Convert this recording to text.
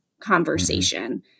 conversation